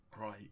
Right